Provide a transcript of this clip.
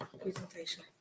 Presentation